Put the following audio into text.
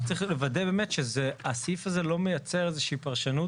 רק צריך לוודא באמת שהסעיף זה לא מייצר איזה שהיא פרשנות